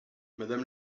madame